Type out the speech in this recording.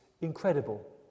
incredible